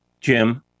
Jim